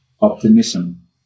optimism